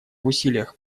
усилиях